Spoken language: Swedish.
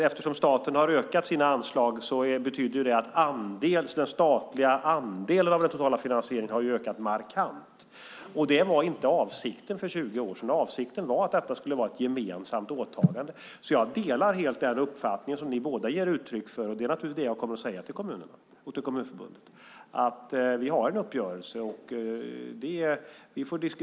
Eftersom staten har ökat sina anslag betyder det att den statliga andelen av den totala finansieringen har ökat markant. Det var inte avsikten för 20 år sedan. Avsikten var att detta skulle vara ett gemensamt åtagande. Därför delar jag helt den uppfattning som ni båda ger uttryck för. Det är naturligtvis det här jag kommer att säga till kommunerna och till Kommunförbundet. Vi har en uppgörelse.